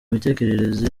mitekerereze